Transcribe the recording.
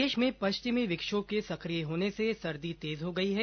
प्रदेश में पश्चिमी विक्षोभ के सकिय होने से सर्दी तेज हो गई है